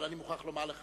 אבל אני מוכרח לומר לך